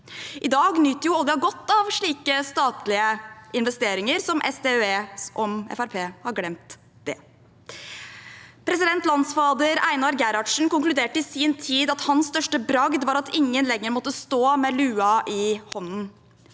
I dag nyter jo oljen godt av slike statlige investeringer, som SDØE, om Fremskrittspartiet har glemt det. Landsfader Einar Gerhardsen konkluderte i sin tid at hans største bragd var at ingen lenger måtte stå med luen i hånden,